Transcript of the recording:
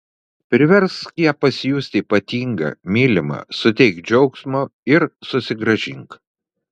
priversk ją pasijusti ypatinga mylima suteik džiaugsmo ir susigrąžink